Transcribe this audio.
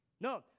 No